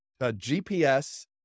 GPS